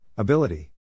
Ability